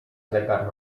zegar